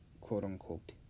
quote-unquote